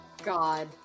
God